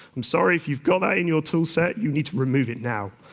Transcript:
i'm sorry if you've got that in your tool set, you need to remove it now.